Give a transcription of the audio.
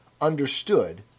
understood